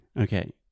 Okay